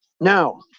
Now